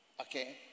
Okay